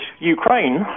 Ukraine